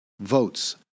votes